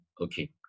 okay